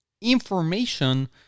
information